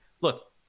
look